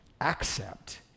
Accept